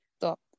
stop